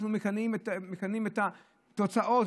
אנחנו מכנים את התוצאות,